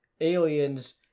aliens